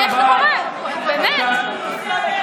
בבקשה.